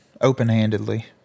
open-handedly